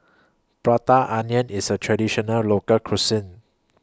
Prata Onion IS A Traditional Local Cuisine